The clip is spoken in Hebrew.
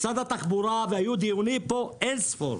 היו פה דיונים אין-ספור.